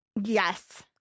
Yes